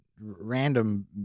random